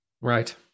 Right